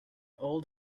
old